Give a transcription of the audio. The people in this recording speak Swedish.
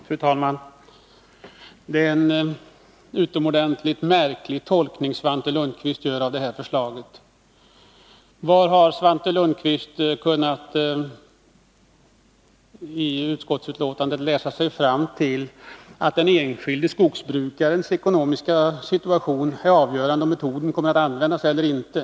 Fru talman! Det är en utomordentligt märklig tolkning Svante Lundkvist gör av det här förslaget. Var i utskottsbetänkandet har Svante Lundkvist kunnat läsa sig fram till att den enskilde skogsbrukarens ekonomiska situation är avgörande för om metoden kommer att användas eller inte?